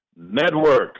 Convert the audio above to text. network